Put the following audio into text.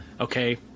okay